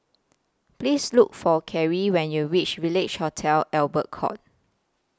Please Look For Cari when YOU REACH Village Hotel Albert Court